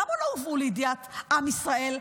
למה לא הובאו לידיעת עם ישראל?